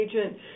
agent